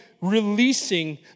releasing